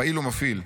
פעיל ומפעיל: